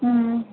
হুম